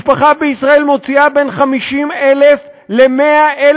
משפחה בישראל מוציאה בין 50,000 ל-100,000